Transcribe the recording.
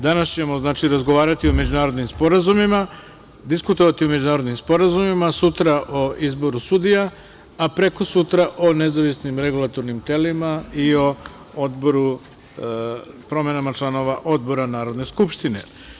Danas ćemo razgovarati o međunarodnim sporazumima, diskutovati o međunarodnim sporazumima, sutra o izboru sudija, a prekosutra o nezavisnim regulatornim telima i o promenama članova odbora narodne skupštine.